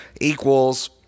equals